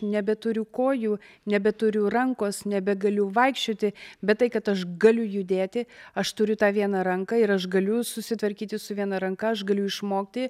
nebeturiu kojų nebeturiu rankos nebegaliu vaikščioti bet tai kad aš galiu judėti aš turiu tą vieną ranką ir aš galiu susitvarkyti su viena ranka aš galiu išmokti